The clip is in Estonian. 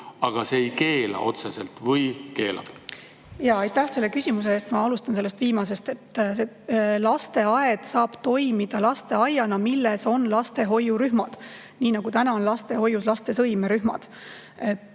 aga see ei keela otseselt. Või keelab? Aitäh selle küsimuse eest! Ma alustan sellest viimasest. Lasteaed saab toimida lasteaiana, milles on lastehoiurühmad, nii nagu täna on lastehoius lastesõimerühmad.